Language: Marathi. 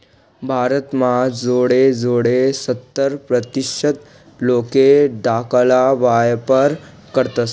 भारत म्हा जोडे जोडे सत्तर प्रतीसत लोके धाकाला व्यापार करतस